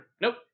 Nope